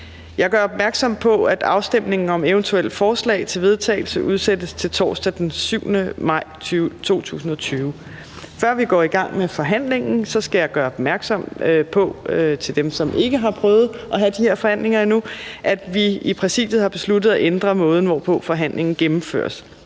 Jeg gør opmærksom på, at afstemning om eventuelle forslag til vedtagelse udsættes til torsdag den 7. maj 2020. Før vi går i gang med forhandlingen, skal jeg gøre dem, der ikke har prøvet forhandlinger på den her måde endnu, opmærksom på, at vi i Præsidiet har besluttet at ændre måden, hvorpå forhandlingen gennemføres.